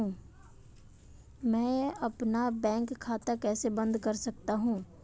मैं अपना बैंक खाता कैसे बंद कर सकता हूँ?